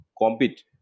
compete